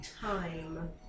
Time